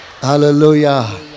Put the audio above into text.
Hallelujah